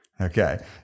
Okay